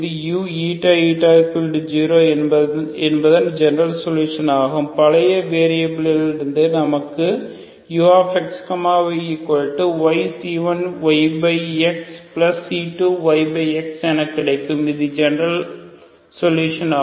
uηη0 என்பதன் general solution ஆகும் பழைய வேரியபிலில் இருந்து நமக்கு uxyyC1yxC2yxஎன கிடைக்கும் இது ஜெனரல் சொல்யூஷன் ஆகும்